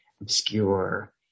obscure